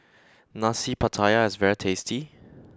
Nasi Pattaya is very tasty